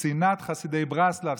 שנאת חסידי ברסלב,